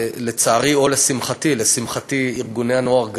לצערי או לשמחתי, לשמחתי ארגוני הנוער גדלו,